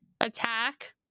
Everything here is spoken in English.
attack